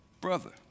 brother